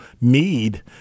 need